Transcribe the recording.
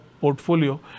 portfolio